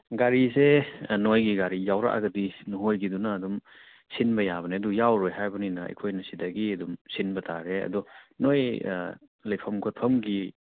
ꯒꯥꯔꯤꯁꯦ ꯅꯣꯏꯒꯤ ꯒꯥꯔꯤ ꯌꯥꯎꯔꯛꯂꯒꯗꯤ ꯅꯣꯏꯒꯤꯗꯨꯅ ꯑꯗꯨꯝ ꯁꯤꯟꯕ ꯌꯥꯕꯅꯦ ꯑꯗꯨ ꯌꯥꯎꯔꯣꯏ ꯍꯥꯏꯕꯅꯤꯅ ꯑꯩꯈꯣꯏꯅ ꯁꯤꯗꯒꯤ ꯑꯗꯨꯝ ꯁꯤꯟꯕ ꯇꯥꯔꯦ ꯑꯗꯣ ꯅꯣꯏ ꯑꯥ ꯂꯩꯐꯝ ꯈꯣꯠꯐꯝꯒꯤ